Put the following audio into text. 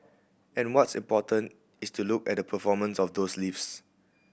and what's important is to look at the performance of those lifts